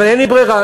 אבל אין לי ברירה,